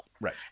Right